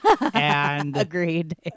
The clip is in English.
Agreed